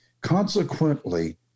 Consequently